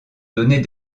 donner